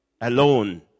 alone